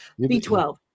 b12